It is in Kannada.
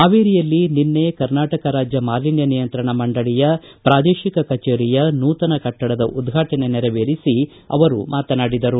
ಪಾವೇರಿಯಲ್ಲಿ ನಿನ್ನೆ ಕರ್ನಾಟಕ ರಾಜ್ಯ ಮಾಲಿನ್ಯ ನಿಯಂತ್ರಣ ಮಂಡಳಿಯ ಪ್ರಾದೇಶಿಕ ಕಜೇರಿಯ ನೂತನ ಕಟ್ಟಡದ ಉದ್ಘಾಟನೆ ನೆರವೇರಿಸಿ ಅವರು ಮಾತನಾಡಿದರು